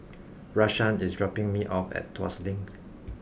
Rashaan is dropping me off at Tuas Link